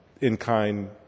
in-kind